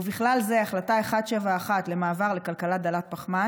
ובכלל זה החלטה 171 למעבר לכלכלה דלת פחמן